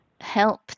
help